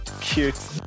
Cute